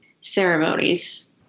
ceremonies